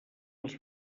els